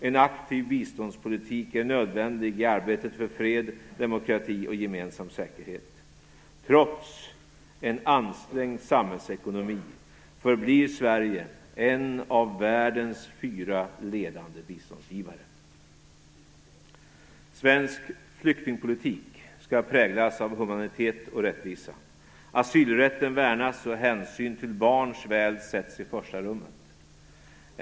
En aktiv biståndspolitik är nödvändig i arbetet för fred, demokrati och gemensam säkerhet. Trots en ansträngd samhällsekonomi förblir Sverige en av världens fyra ledande biståndsgivare. Svensk flyktingpolitik skall präglas av humanitet och rättvisa. Asylrätten värnas, och hänsyn till barnens väl sätts i första rummet.